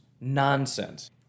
Nonsense